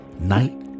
Night